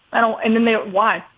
i don't and know why.